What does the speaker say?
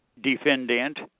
defendant